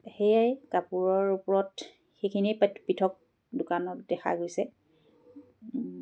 সেয়াই কাপোৰৰ ওপৰত সেইখিনিয়ে পৃথক দোকানত দেখা গৈছে